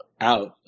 out